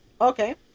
okay